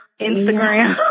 Instagram